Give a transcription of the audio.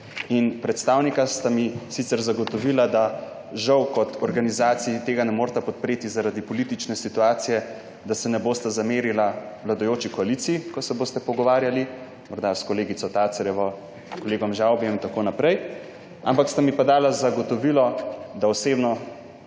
Predstavnika sta mi sicer zagotovila, da žal kot organizaciji tega ne moreta podpreti zaradi politične situacije, da se ne bosta zamerila vladajoči koaliciji, ko se boste pogovarjali morda s kolegico Tacarjevo, kolegom Žavbijem in tako naprej, ampak sta mi pa dala zagotovilo, da osebno